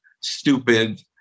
stupid